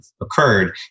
occurred